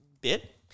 bit